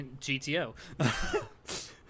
GTO